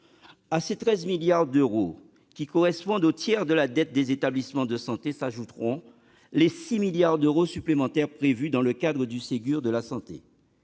À ces 13 milliards d'euros, qui correspondent au tiers de la dette des établissements de santé, s'ajouteront les 6 milliards d'euros supplémentaires prévus dans le cadre du Ségur de la santé.